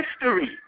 history